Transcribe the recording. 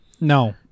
No